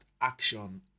action